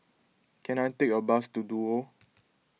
can I take a bus to Duo